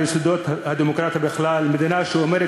ביסודות הדמוקרטיה בכלל מדינה שאומרת